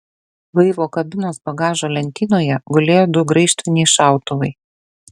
laivo kabinos bagažo lentynoje gulėjo du graižtviniai šautuvai